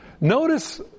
Notice